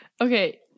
Okay